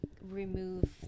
remove